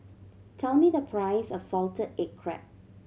tell me the price of salted egg crab